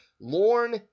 Lorne